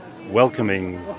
welcoming